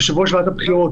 יושב-ראש ועדת הבחירות,